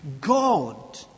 God